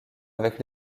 avec